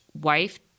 wife